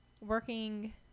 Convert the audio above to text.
working